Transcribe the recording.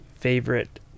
favorite